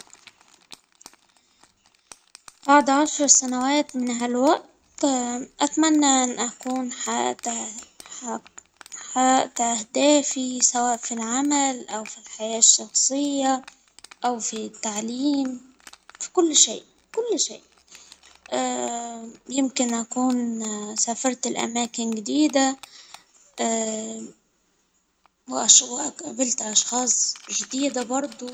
بعد عشر سنوات من هالوقت أتمنى أن أكون ح-حققت أهدافي سواء في العمل أو في الحياة الشخصية أو في التعليم، في كل شيء كل شيء، أن أكون سافرت لأماكن جديدة، و قابلت أشخاص جديدة برضه.